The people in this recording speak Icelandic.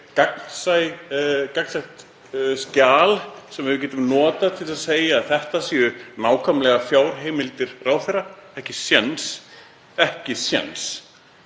gagnsætt skjal sem við getum notað til þess að segja að þetta séu nákvæmlega fjárheimildir ráðherra? Ekki séns.